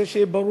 זה, שיהיה ברור.